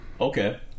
Okay